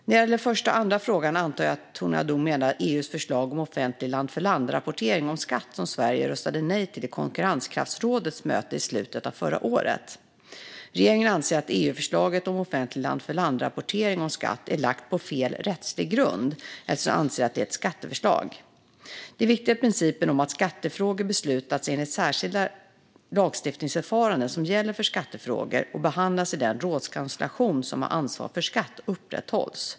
När det gäller första och andra frågan antar jag att Tony Haddou menar det EU-förslag om offentlig land-för-land-rapportering om skatt som Sverige röstade nej till på Konkurrenskraftsrådets möte i slutet av förra året. Regeringen anser att EU-förslaget om offentlig land-för-land-rapportering om skatt är lagt på fel rättslig grund, eftersom vi anser att det är ett skatteförslag. Det är viktigt att principen om att skattefrågor beslutas enligt det särskilda lagstiftningsförfarande som gäller för skattefrågor och behandlas i den rådskonstellation som har ansvar för skatt upprätthålls.